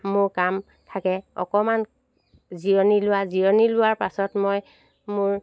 মোৰ কাম থাকে অকণমান জিৰণি লোৱা জিৰণি লোৱাৰ পাছত মই মোৰ